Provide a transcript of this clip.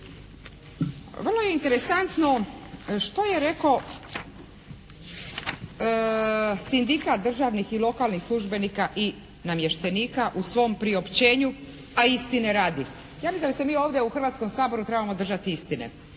vrlo je interesantno što je rekao Sindikat državnih i lokalnih službenika i namještenika u svom priopćenju, a istine radi. Ja mislim da se mi ovdje u Hrvatskom saboru trebamo držati istine.